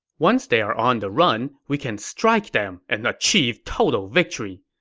once they are on the run, we can strike them and achieve total victory.